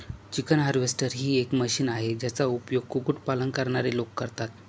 chicken harvester ही एक machine आहे, ज्याचा उपयोग कुक्कुट पालन करणारे लोक करतात